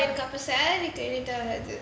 எனக்கு அப்போ:enakku appo salary credit ஆவாது:avaathu